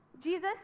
Jesus